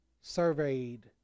surveyed